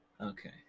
Okay